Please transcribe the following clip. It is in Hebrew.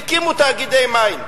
והקימו תאגידי מים.